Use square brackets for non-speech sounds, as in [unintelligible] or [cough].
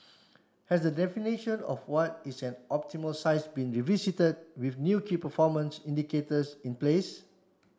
has the definition of what is an optimal size been [unintelligible] with new key performance indicators in place